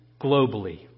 globally